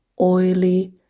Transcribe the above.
oily